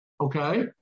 okay